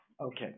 Okay